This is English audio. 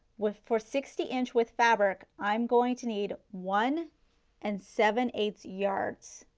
with for sixty inch with fabric i am going to need one and seven eighth yards.